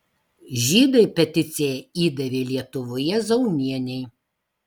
žydai peticiją įdavė lietuvoje zaunienei